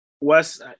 Wes